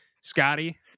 Scotty